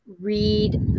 read